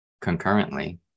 concurrently